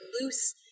loose